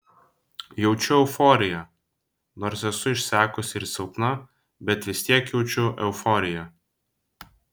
jaučiu euforiją nors esu išsekusi ir silpna bet vis tiek jaučiu euforiją